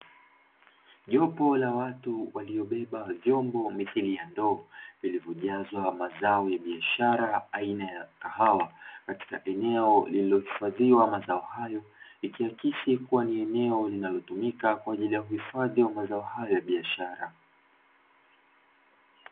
Jopo la watu waliobeba vyombo mithili ya ndoo, vilivyojazwa mazao ya biashara aina ya kahawa katika eneo lililohifadhiwa mazao hayo, ikiakisi kuwa ni eneo linalotumika kwa ajili ya kuhifadhi mazao hayo ya biashara.